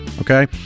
okay